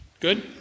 Good